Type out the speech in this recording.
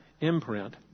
imprint